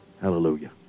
Hallelujah